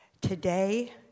Today